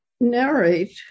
narrate